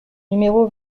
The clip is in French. numéro